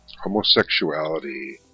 homosexuality